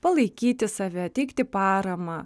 palaikyti save teikti paramą